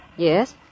Yes